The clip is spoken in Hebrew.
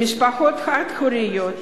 למשפחות חד-הוריות,